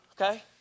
Okay